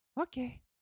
okay